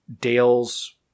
Dale's